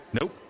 Nope